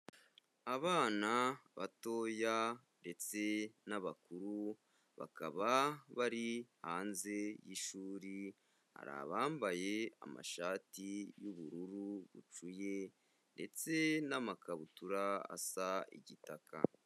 Abana batoya ndetse n'abakuru, bakaba bari hanze y'ishuri, hari abambaye amashati y'ubururu bucuye ndetse n'amakabutura asa igitaka.